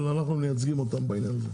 אבל אנחנו מייצגים אותם בעניין הזה.